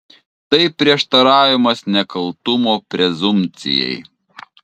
tai prieštaravimas nekaltumo prezumpcijai